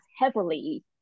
heavily